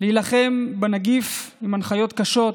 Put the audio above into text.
להילחם בנגיף, עם הנחיות קשות,